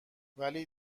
ولی